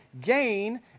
gain